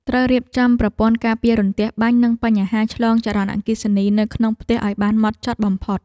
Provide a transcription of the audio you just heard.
ត្រូវរៀបចំប្រព័ន្ធការពាររន្ទះបាញ់និងបញ្ហាឆ្លងចរន្តអគ្គិភ័យនៅក្នុងផ្ទះឱ្យបានហ្មត់ចត់បំផុត។